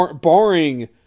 barring